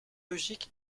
logique